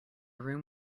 room